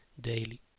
daily